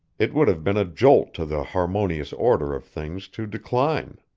it would have been a jolt to the harmonious order of things to decline.